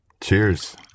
Cheers